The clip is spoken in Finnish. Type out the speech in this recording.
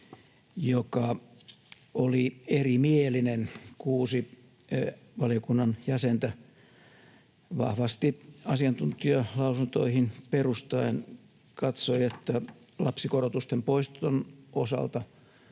joka oli erimielinen. Kuusi valiokunnan jäsentä vahvasti asiantuntijalausuntoihin perustuen katsoi, että lapsikorotusten poiston osalta